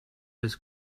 his